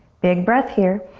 big breath here.